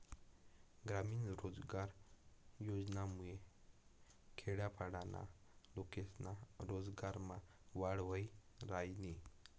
ग्रामीण रोजगार योजनामुये खेडापाडाना लोकेस्ना रोजगारमा वाढ व्हयी रायनी